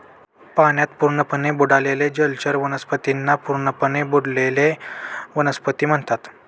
पाण्यात पूर्णपणे बुडालेल्या जलचर वनस्पतींना पूर्णपणे बुडलेल्या वनस्पती म्हणतात